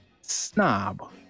Snob